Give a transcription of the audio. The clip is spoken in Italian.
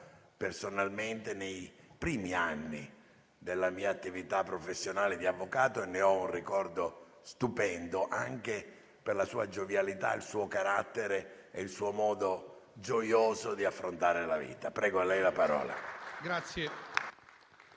personalmente nei primi anni della mia attività professionale di avvocato. Ne ho un ricordo stupendo, anche per la sua giovialità, il suo carattere e il suo modo gioioso di affrontare la vita. Prego,